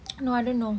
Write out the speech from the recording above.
no I don't know